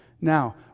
now